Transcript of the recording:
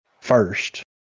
first